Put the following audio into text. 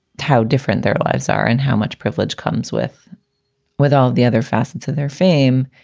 how different their lives are and how much privilege comes with with all the other facets of their fame.